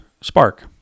spark